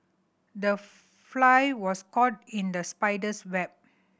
the fly was caught in the spider's web